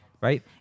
right